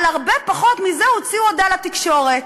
על הרבה פחות מזה הוציאו הודעה לתקשורת.